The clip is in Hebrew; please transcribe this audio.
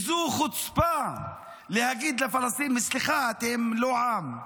זו חוצפה להגיד לפלסטינים, סליחה, אתם לא עם.